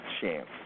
chance